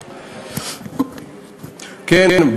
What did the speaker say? כן,